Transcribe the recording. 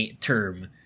term